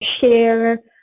share